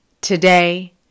Today